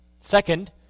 Second